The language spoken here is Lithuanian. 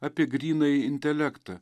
apie grynąjį intelektą